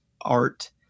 art